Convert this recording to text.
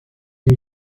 sie